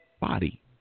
body